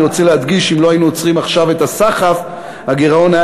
אני קובע כי גם הסתייגות 11 לסעיף 1 לא התקבלה.